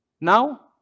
Now